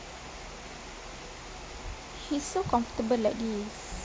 she's so comfortable like this